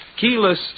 Keyless